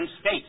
state